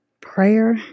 Prayer